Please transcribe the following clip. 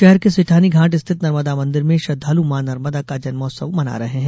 शहर के संठानी घाट स्थित नर्मदा मंदिर में श्रद्धालु मां नर्मदा का जन्मोत्सव मना रहे हैं